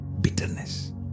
bitterness